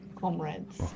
comrades